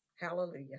Hallelujah